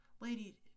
lady